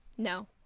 no